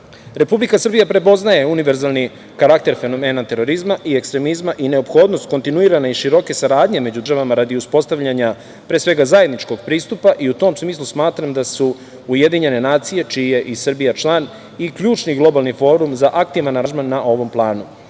terorizma. Republika Srbija prepoznaje univerzalni karakter fenomena terorizma i ekstremizma i neophodnost kontinuirane i široke saradnje među državama radi uspostavljanja, pre svega, zajedničkog pristupa i u tom smislu smatram da su UN, čiji je i Srbija član, i ključni i globalni forum za aktivan aranžman na ovom planu. Srbija